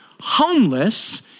homeless